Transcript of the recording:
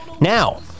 Now